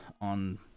on